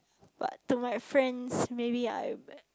but to my friends maybe I